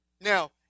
Now